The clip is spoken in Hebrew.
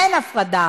אין הפרדה.